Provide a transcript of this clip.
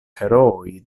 herooj